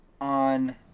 on